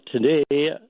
today